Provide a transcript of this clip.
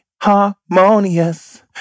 harmonious